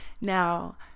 Now